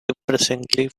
depressingly